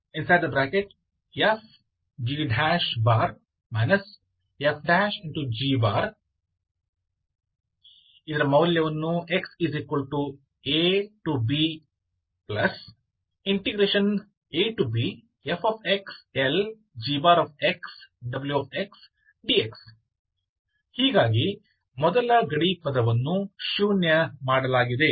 px f g f g b | xa ab fx Lgx wx dx ಹೀಗಾಗಿ ಮೊದಲ ಗಡಿ ಪದವನ್ನು ಶೂನ್ಯ ಮಾಡಲಾಗಿದೆ